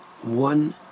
one